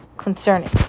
concerning